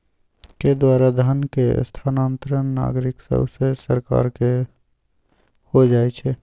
के द्वारा धन के स्थानांतरण नागरिक सभसे सरकार के हो जाइ छइ